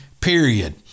period